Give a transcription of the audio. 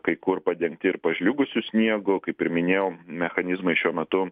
kai kur padengti ir pažliugusiu sniegu kaip ir minėjau mechanizmai šiuo metu